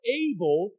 able